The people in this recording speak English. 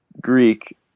Greek